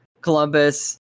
Columbus